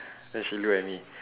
then she look at me